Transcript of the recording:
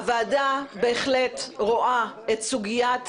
הוועדה בהחלט רואה את סוגיית